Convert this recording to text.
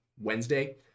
wednesday